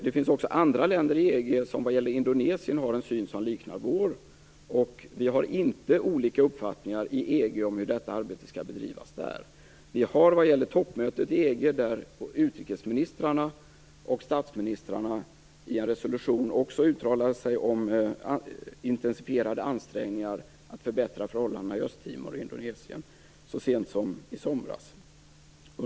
Det finns också andra länder i EG som vad gäller Indonesien har en syn som liknar vår, och vi har inte olika uppfattningar i EG om hur detta arbete skall bedrivas där. Utrikesministrarna och statsministrarna har så sent som i somras under det italienska ordförandeskapet i en resolution vid toppmötet uttalat sig för intensifierade ansträngningar att förbättra förhållandena i Östtimor och Indonesien.